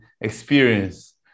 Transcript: experience